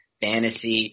fantasy